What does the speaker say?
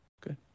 good